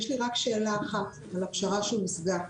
יש לי רק שאלה אחת על הפשרה שהושגה.